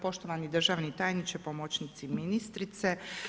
Poštovani državni tajniče, pomoćnici ministrice.